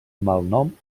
malnom